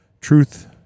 Truth